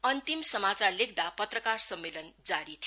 अन्तिम समाचार लेख्दा पत्रकार सम्मेलन जारी थियो